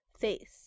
face